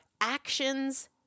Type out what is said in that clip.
actions